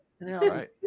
Right